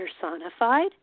personified